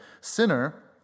sinner